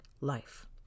life